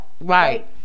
Right